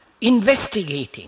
investigating